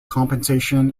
compensation